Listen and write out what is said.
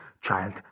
child